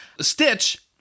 Stitch